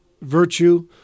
virtue